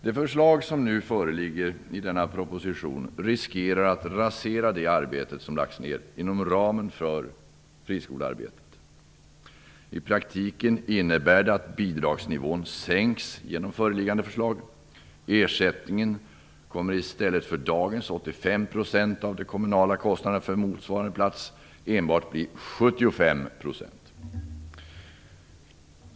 Det förslag som föreligger i denna proposition riskerar att rasera det arbete som har lagts ned inom ramen för friskolearbetet. I praktiken innebär det att bidragsnivån sänks genom föreliggande förslag. Ersättningen kommer i stället för dagens 85 % av de kommunala kostnaderna för en motsvarande plats enbart att bli 75 %.